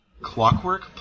Clockwork